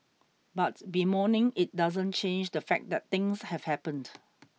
but bemoaning it doesn't change the fact that things have happened